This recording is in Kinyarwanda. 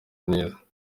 neza